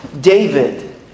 David